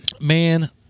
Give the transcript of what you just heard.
Man